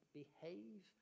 behave